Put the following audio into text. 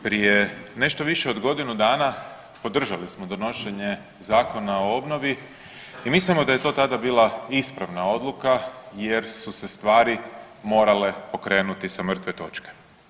Prije nešto više od godinu dana podržali smo donošenje Zakona o obnovi i mislimo da je to tada bila ispravna odluka jer su se stvari morale pokrenuti sa mrtve točke.